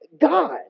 God